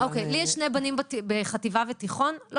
לי יש שני בנים בחטיבה ותיכון ולא